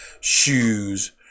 shoes